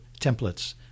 templates